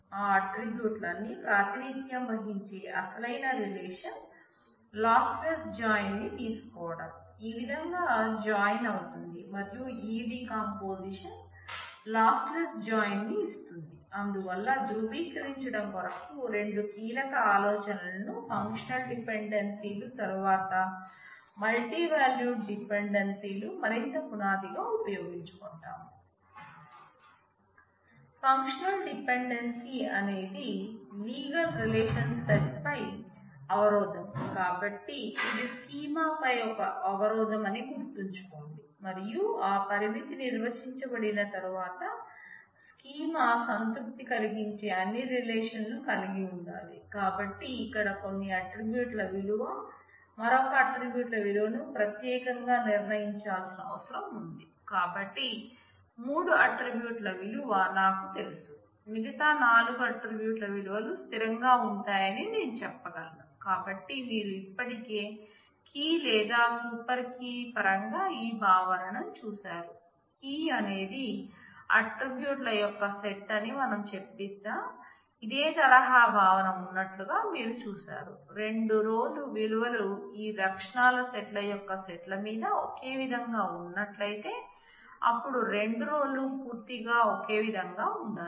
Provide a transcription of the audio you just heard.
ఆ అట్ట్రిబ్యూట్ లన్నీ ప్రాతినిధ్యం వహించే అసలైన రిలేషన్ లాస్ లెస్ జాయిన్ మరింత పునాదిగా ఉపయోగించుకుంటాం ఫంక్షనల్ డిపెడెన్సీ విలువలు ఈ లక్షణాల సెట్ ల యొక్క సెట్ ల మీద ఒకేవిధంగా ఉన్నట్లయితే అప్పుడు రెండు రో లు పూర్తిగా ఒకేవిధంగా ఉండాలి